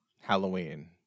Halloween